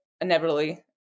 inevitably